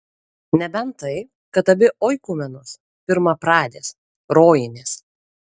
nebent tai kad abi oikumenos pirmapradės rojinės